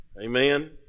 Amen